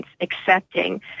accepting